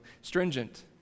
stringent